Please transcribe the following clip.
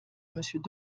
monsieur